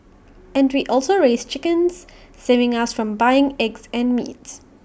and we also raise chickens saving us from buying eggs and meats